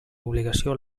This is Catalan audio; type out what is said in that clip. obligació